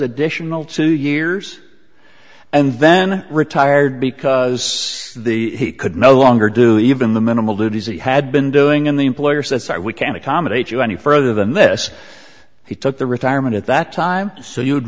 additional two years and then retired because the he could no longer do even the minimal duties he had been doing in the employer says i we can accommodate you any further than this he took the retirement at that time so you would